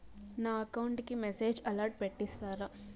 నా అకౌంట్ కి message alert పెట్టిస్తారా